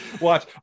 watch